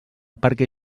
perquè